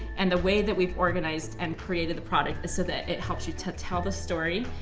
and the way that we've organized and created the product is so that it helps you to tell the story,